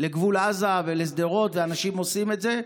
לגבול עזה ולשדרות, אנשים עושים את זה.